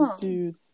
dude